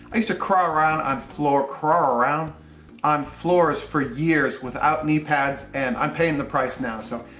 i used to crawl around on floor, crawl around on floors for years without knee pads and i'm paying the price now. so,